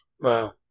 Wow